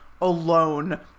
alone